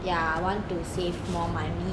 ya I want to save more money